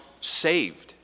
saved